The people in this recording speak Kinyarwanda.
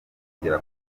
kugera